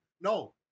No